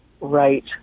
right